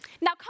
Now